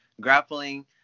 grappling